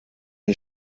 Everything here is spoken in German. die